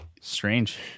Strange